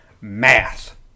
math